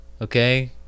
okay